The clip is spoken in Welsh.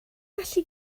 gallu